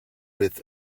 with